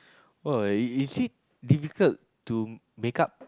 !wah! is it difficult to makeup